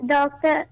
Doctor